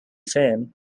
firm